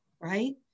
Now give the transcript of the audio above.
right